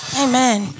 Amen